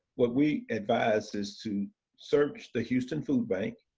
what we advise is to search the houston food bank,